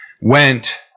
went